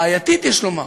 בעייתית, יש לומר,